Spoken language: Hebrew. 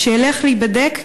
שילך להיבדק,